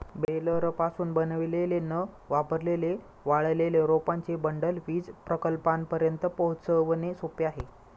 बेलरपासून बनवलेले न वापरलेले वाळलेले रोपांचे बंडल वीज प्रकल्पांपर्यंत पोहोचवणे सोपे आहे